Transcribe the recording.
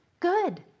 Good